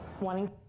wanting